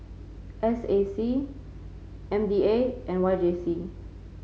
S A C M D A and Y J C